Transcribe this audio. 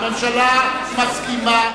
הממשלה מסכימה.